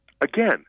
Again